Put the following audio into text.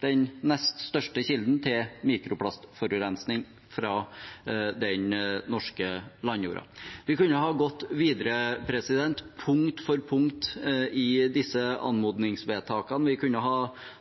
den nest største kilden til mikroplastforurensning fra den norske landjorda. Vi kunne ha gått videre punkt for punkt i disse anmodningsvedtakene. Vi kunne ha